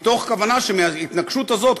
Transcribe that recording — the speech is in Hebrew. מתוך כוונה שמההתנגשות הזאת,